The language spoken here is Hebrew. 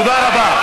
תודה רבה.